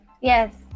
yes